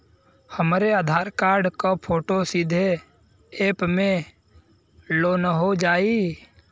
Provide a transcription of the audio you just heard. हमरे आधार कार्ड क फोटो सीधे यैप में लोनहो जाई?